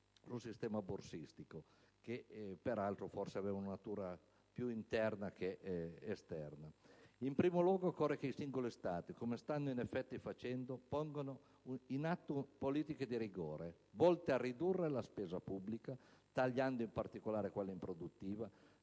sul sistema borsistico, che peraltro forse avevano una natura più interna che esterna). In primo luogo, occorre che i singoli Stati, come stanno in effetti facendo, pongano in atto politiche di rigore volte a ridurre la spesa pubblica, tagliando in particolare quella improduttiva,